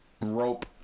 rope